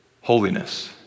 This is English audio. holiness